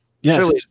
Yes